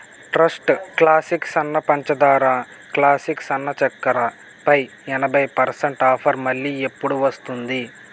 trust classic సన్న పంచదార classic సన్న చక్కర పై ఎనభై పర్సెంట్ ఆఫర్ మళ్ళీ ఎప్పుడు వస్తుంది